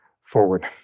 forward